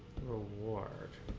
reward